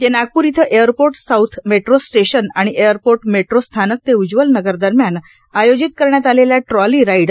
ते नागपूर इथं airport south metro station आणि एअरपोर्ट मेट्रो स्थानक ते उज्वलनगर दरम्यान आयोजित करण्यात आलेल्या ट्राली राईड